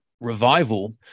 revival